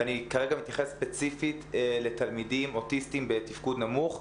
ואני כרגע מתייחס ספציפית לתלמידים אוטיסטים בתפקוד נמוך,